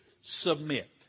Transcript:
submit